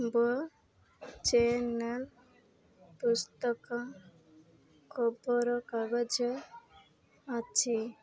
ବ ଚ୍ୟାନେଲ୍ ପୁସ୍ତକ ଖବରକାଗଜ ଅଛି